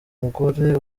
mugore